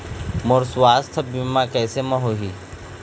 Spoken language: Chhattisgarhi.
मोर सुवास्थ बीमा कैसे म होही?